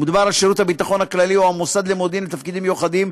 ומדובר על שירות הביטחון הכללי או המוסד למודיעין ולתפקידים מיוחדים,